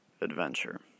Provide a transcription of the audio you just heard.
adventure